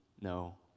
no